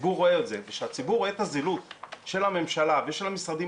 הציבור רואה את זה וכשהציבור רואה את הזילות של הממשלה ושל המשרדים